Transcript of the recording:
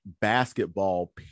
basketball